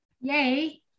Yay